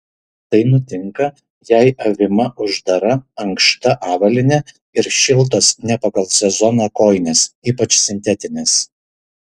tai nutinka jei avima uždara ankšta avalynė ir šiltos ne pagal sezoną kojinės ypač sintetinės